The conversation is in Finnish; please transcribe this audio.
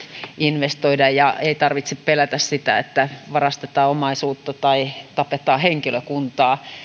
investoida eikä tarvitse pelätä sitä että varastetaan omaisuutta tai tapetaan henkilökuntaa